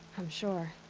i'm sure.